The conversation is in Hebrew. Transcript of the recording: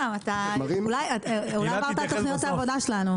אולי עברת על תוכניות העבודה שלנו.